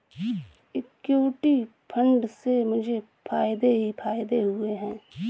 equity fund से मुझे फ़ायदे ही फ़ायदे हुए हैं